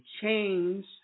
change